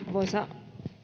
arvoisa